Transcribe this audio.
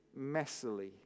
messily